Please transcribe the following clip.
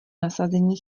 nasazení